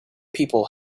people